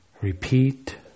Repeat